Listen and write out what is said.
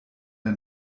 der